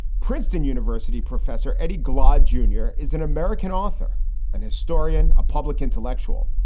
princeton university professor eddie glaude you know jr. is an american author and historian, a public intellectual.